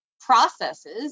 processes